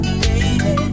baby